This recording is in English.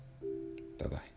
Bye-bye